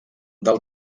del